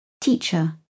Teacher